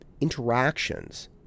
interactions